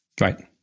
Right